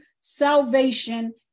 salvation